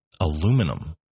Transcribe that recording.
aluminum